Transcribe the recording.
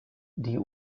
die